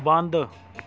ਬੰਦ